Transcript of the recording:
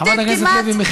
חברת הכנסת לוי,